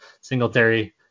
Singletary